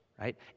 right